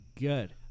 good